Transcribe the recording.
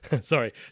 Sorry